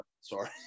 Sorry